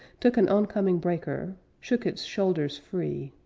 took an oncoming breaker, shook its shoulders free,